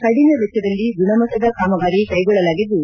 ಕಡಿಮೆ ವೆಚ್ಚದಲ್ಲಿ ಗುಣಮಟ್ಟದ ಕಾಮಗಾರಿ ಕ್ಲೆಗೊಳ್ಳಲಾಗಿದ್ಲು